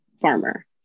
farmer